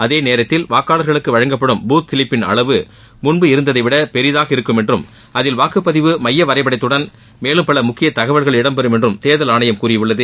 அதேநேரத்தில் வாக்காளர்களுக்கு வழங்கப்படும் பூத் சிலிப்பின் அளவு முன்பு இருந்ததைவிட பெரிதாக இருக்கும் என்றும் அதில் வாக்குப்பதிவு எமய வரைபடத்துடன் மேலும் பல முக்கிய தகவல்கள் இடம்பெறும் என்றும் தேர்தல் ஆணையம் கூறியுள்ளது